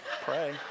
pray